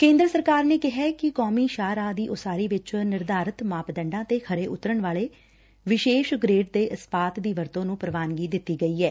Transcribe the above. ਕੇਂਦਰ ਸਰਕਾਰ ਨੇ ਕਿਹੈ ਕਿ ਕੌਮੀ ਸ਼ਾਹ ਰਾਹ ਦੀ ਉਸਾਰੀ ਵਿਚ ਨਿਰਧਾਰਿਤ ਮਾਪਦੰਡਾਂ ਅਤੇ ਖਰੇ ਉਤਰਨ ਵਾਲੇ ਵਿਸ਼ੇਸ਼ ਗ੍ਰੇਡ ਦੇ ਇਸਪਾਤ ਦੀ ਵਰਤੋ ਨੂੰ ਪ੍ਰਵਾਨਗੀ ਦਿੱਤੀ ਗਈ ਏ